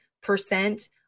percent